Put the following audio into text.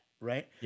Right